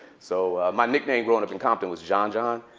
so my nickname growing up in compton was john john.